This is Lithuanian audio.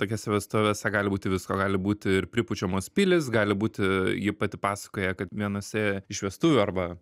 tokiose vestuvėse gali būti visko gali būti ir pripučiamos pilys gali būti ji pati pasakoja kad vienose iš vestuvių arba